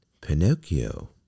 Pinocchio